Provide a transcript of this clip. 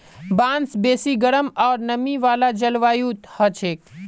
बांस बेसी गरम आर नमी वाला जलवायुत हछेक